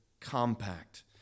compact